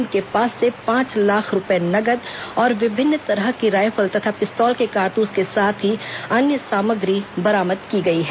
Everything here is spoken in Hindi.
इनके पास से पांच लाख रूपए नगद और विभिन्न तरह की रायफल तथा पिस्तौल के कारतूस के साथ ही अन्य सामग्री बरामद की गई हैं